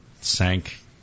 sank